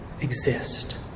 exist